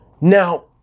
Now